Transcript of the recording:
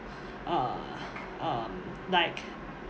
uh um like